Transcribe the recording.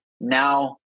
now